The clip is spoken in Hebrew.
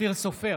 אופיר סופר,